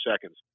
seconds